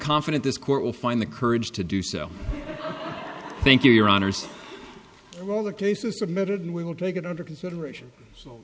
confident this court will find the courage to do so thank you your honor so are all the cases submitted and we will take it under consideration so